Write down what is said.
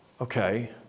Okay